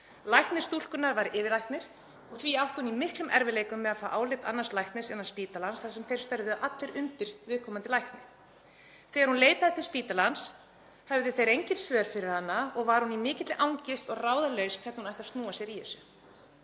Læknir stúlkunnar var yfirlæknir og því átti hún í miklum erfiðleikum með að fá álit annars læknis innan spítalans þar sem þeir störfuðu allir undir viðkomandi lækni. Þegar hún leitaði til spítalans höfðu þeir engin svör fyrir hana og var hún í mikilli angist og ráðalaus um hvernig hún ætti að snúa sér í þessu.